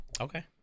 Okay